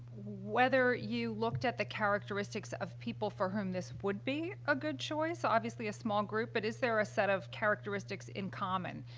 whether you looked at the characteristics of people for whom this would be a good choice. so, obviously, a small group, but is there a set of characteristics in common,